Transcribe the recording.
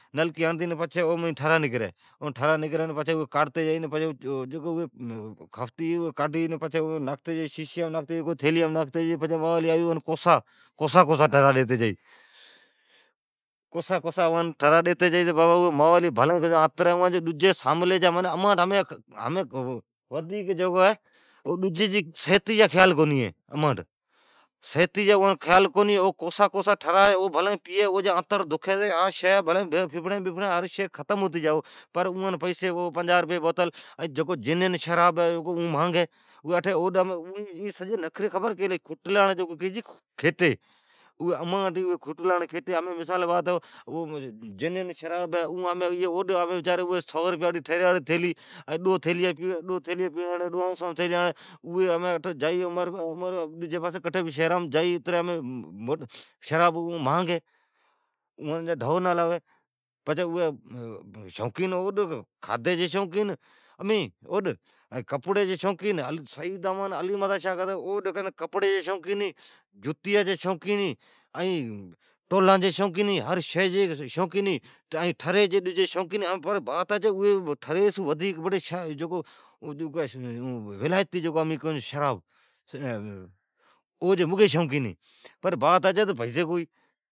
نلکی ھڑتین پچھی اوم ٹھرا نکری پچھی اوی کاڈھتی جائین، کھفتی ھی اوی کاڈھی۔ پچھی کاڈھتی کو شیشیام ھڑین کو تھیلیام ھڑین پچھی موالی آوی اوان کوسا، کوسا ٹھرا ڈیتی جائی۔ کوسا کوسا ڈیتی جائی تہ ساملین جین بھلین آنتریا بڑی۔ امانٹھ ڈجی صحتی جا کھیال کونی ہے۔ صحتی جا اوان خیال کونی ہے۔ اندر دکھی ففڑین ڈجین ختم ھنی جائی۔ ائین اوان بیچڑین ہنجاھ رپیا بوتل ائین جینین شراب مانگی ہے۔ کھٹڑاڑی کھیٹی اوی اماٹھ ہے۔ ائین ھمین جینین شراب ہے ھمین اوڈ ویچاری ہے پنجاھ رپیا تھیلی۔ ڈو تھیلیا پیڑاڑین ھمین اٹھو جائی عمرکوٹ جائی اون شراب مانگی اوم ڈھو نا لا ھوی۔ اوی سوقین اوڈ کھادھی جی سوقین ھمین کپڑی جی سوقین۔ سھید علی مردان شاھ کہ تہ اوڈ کپڑی جی سوقین ہی جتیان جی سوقین ہی ٹولان جی سوقین ہی ھر شی جی سوقین ہی۔ ائین کہ تہ ٹھری ڈجی جی سوقین ہی پر بات ھچ ہے تہ ٹھرین سو بڑی امین کیئون چھون ولایتی شراب، پر بات ھچ ہے تہ پئسی کو ہی۔